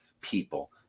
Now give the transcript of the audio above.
people